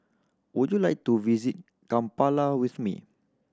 would you like to visit Kampala with me